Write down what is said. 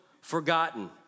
forgotten